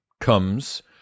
comes